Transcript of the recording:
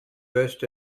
burst